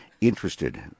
interested